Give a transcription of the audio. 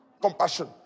compassion